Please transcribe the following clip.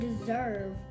deserve